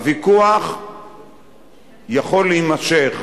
הוויכוח יכול להימשך,